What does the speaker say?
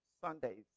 Sundays